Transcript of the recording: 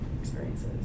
experiences